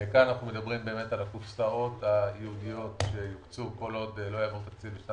אומרים שמסגרת ההתחייבויות תהיה גם